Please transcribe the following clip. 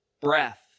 breath